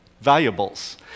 Valuables